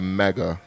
mega